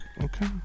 Okay